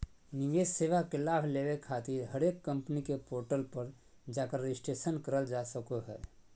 निवेश सेवा के लाभ लेबे खातिर हरेक कम्पनी के पोर्टल पर जाकर रजिस्ट्रेशन करल जा सको हय